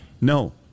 No